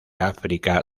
áfrica